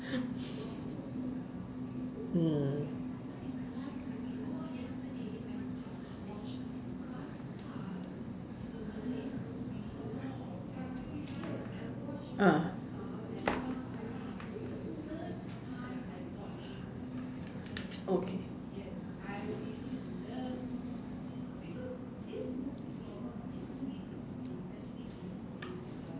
mm ah okay